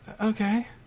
Okay